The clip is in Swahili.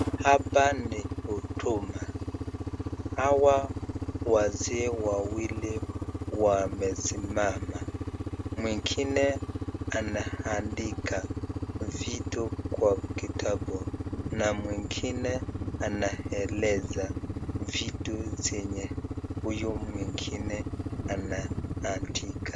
Hapa ni huduma, hawa wazee wawili wamesimama, mwingine anaandika vitu kwakitabu na mwingine anaeleza vitu yenye huyo mtu mwingine anaandika.